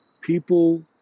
People